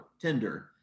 tender